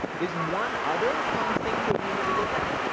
there's one other fun thing that we need to look at,